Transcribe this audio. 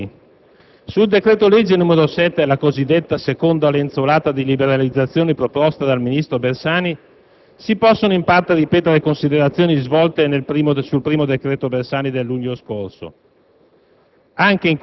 Presidente, signori rappresentanti del Governo, onorevoli colleghi, sul decreto-legge n. 7 del 2007, la cosiddetta seconda lenzuolata di liberalizzazioni proposta dal ministro Bersani,